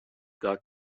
doug